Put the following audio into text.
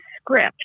script